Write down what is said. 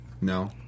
No